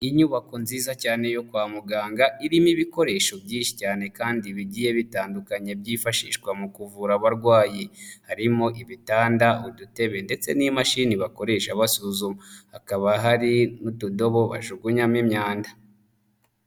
Inyubako nziza cyane yo kwa muganga irimo ibikoresho byinshi cyane kandi bigiye bitandukanye byifashishwa mu kuvura abarwayi, harimo ibitanda, udutebe ndetse n'imashini bakoresha basuzuma, hakaba hari n'utudobo bajugunyamo imyanda.